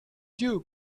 you